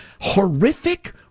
horrific